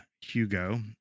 Hugo